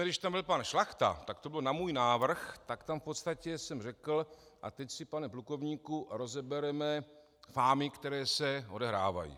Když tam byl pan Šlachta, tak to bylo na můj návrh, tak tam v podstatě jsem řekl: a teď si, pane plukovníku, rozebereme fámy, které se odehrávají.